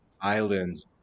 island